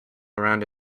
around